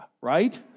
right